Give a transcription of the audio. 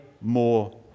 more